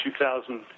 2,000